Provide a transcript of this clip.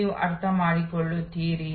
ನೋಡಿದ್ದೇವೆ